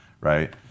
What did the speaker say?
right